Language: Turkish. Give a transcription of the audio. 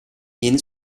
yeni